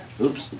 oops